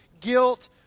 guilt